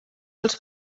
els